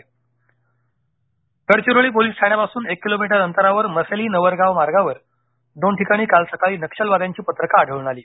Gadchiroli Gadchiroli police ठाण्यापासून एक kilometre अंतरावर मसेली नवरगाव मार्गावर दोन ठिकाणी काल सकाळी नक्षल्यांची पत्रकं आढळून आली